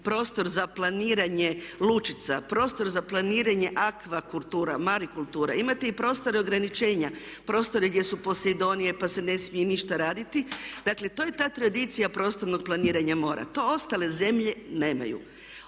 prostor za planiranje lučica, prostor za planiranje akvakultura, marikultura, imate i prostore ograničenja, prostori gdje su Posejdonije pa se ne smije ništa raditi, dakle to je ta tradicija prostornog planiranja mora. To ostale zemlje nemaju.